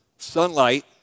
sunlight